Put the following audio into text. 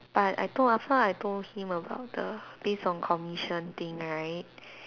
but I told after I told him about the based on commission thing right